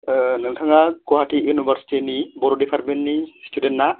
नोंथाङा गौहाटि इउनिभारचिटिनि बर' डिपार्टमेन्टनि स्टुडेन्टना